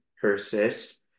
persist